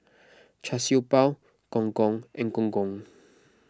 Char Siew Bao Gong Gong and Gong Gong